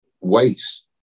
waste